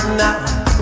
now